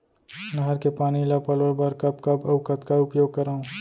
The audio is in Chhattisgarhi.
नहर के पानी ल पलोय बर कब कब अऊ कतका उपयोग करंव?